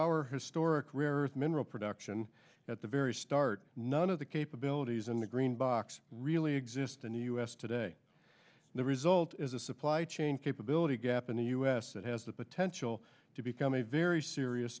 our historic rare earth mineral production at the very start none of the capabilities in the green box really exist in the u s today the result is a supply chain capability gap in the us that has the potential to become a very serious